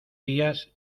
días